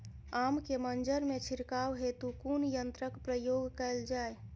आम केँ मंजर मे छिड़काव हेतु कुन यंत्रक प्रयोग कैल जाय?